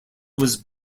was